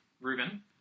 Reuben